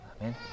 Amen